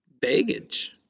baggage